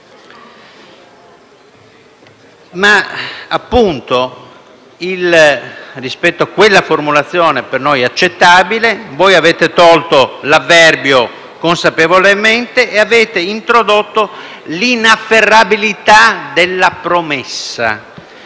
416-*ter*. Rispetto a quella formulazione, per noi accettabile, avete tolto l'avverbio «consapevolmente» e avete introdotto l'inafferrabilità della promessa